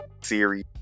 series